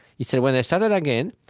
he said, when i started again,